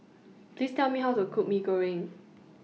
Please Tell Me How to Cook Mee Goreng